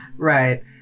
Right